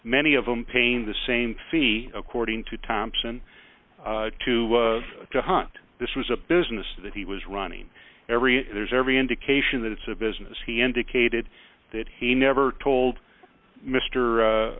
many of them paying the same thing according to thompson two to hunt this was a business that he was running every there's every indication that it's a business he indicated that he never told mr